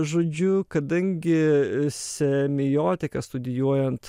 žodžiu kadangi semiotiką studijuojant